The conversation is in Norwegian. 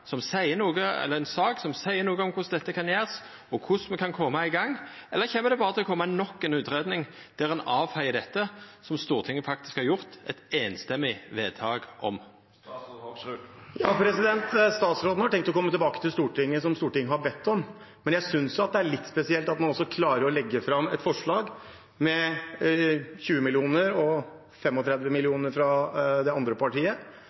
som seier noko om korleis dette kan gjerast, og korleis me kan koma i gang? Eller kjem det berre til å koma nok ei utgreiing der ein avfeiar dette som Stortinget faktisk har gjort eit samrøystes vedtak om? Statsråden har tenkt å komme tilbake til Stortinget, som Stortinget har bedt om. Men jeg synes det er litt spesielt at man legger fram et forslag om 20 mill. kr, og 35 mill. kr fra det andre partiet,